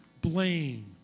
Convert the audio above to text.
blame